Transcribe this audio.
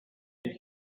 die